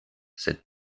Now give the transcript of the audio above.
sed